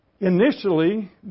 Initially